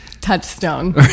touchstone